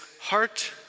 Heart